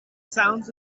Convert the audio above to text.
sounds